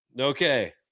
Okay